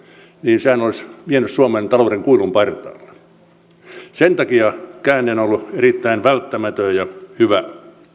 niin sehän olisi vienyt suomen talouden kuilun partaalle sen takia käänne on ollut erittäin välttämätön ja hyvä